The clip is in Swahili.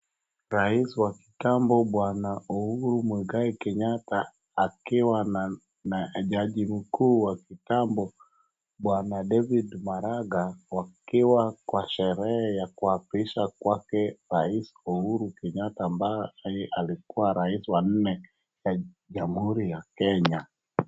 Rais wa kitambo bwana Uhuru Mwigai Kenyatta akiwa na jaji mkuu wa kitambo bwana David Maraga wakiwa kwa sherehe ya kuapisha kwake rais Uhuru Kenyatta ambaye alikuwa rais wa nne wa jamhuri ya Kenya.